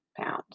pounds